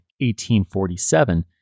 1847